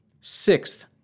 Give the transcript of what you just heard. Sixth